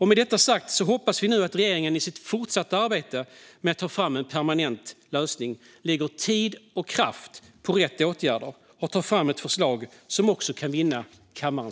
Med detta sagt hoppas vi nu att regeringen i sitt fortsatta arbete med att ta fram en permanent lösning lägger tid och kraft på rätt åtgärder och tar fram ett förslag som kan vinna bifall i kammaren.